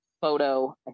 photo